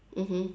mmhmm